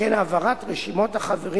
שכן העברת רשימות החברים